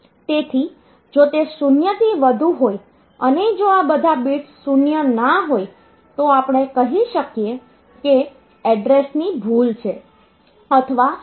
તેથી જો તે 0 થી વધુ હોય અને જો આ બધા બિટ્સ 0 ના હોય તો આપણે કહી શકીએ કે એડ્રેસની ભૂલ છે અથવા એવું કંઈક છે